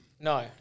No